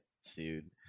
sued